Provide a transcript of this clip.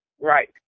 right